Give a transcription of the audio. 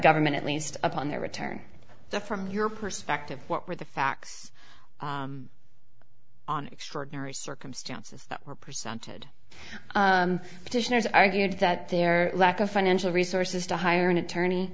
government at least upon their return the from your perspective what were the facts on extraordinary circumstances that were presented as argued that their lack of financial resources to hire an attorney